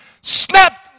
snapped